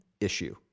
issue